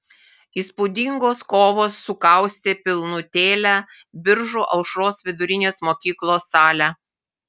įspūdingos kovos sukaustė pilnutėlę biržų aušros vidurinės mokyklos salę